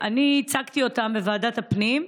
אני ייצגתי אותן בוועדת הפנים,